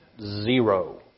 Zero